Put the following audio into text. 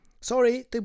Sorry